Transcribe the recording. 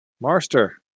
Marster